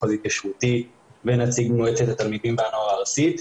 המחוז ההתיישבותי ונציג מועצת התלמידים והנוער הארצית.